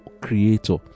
creator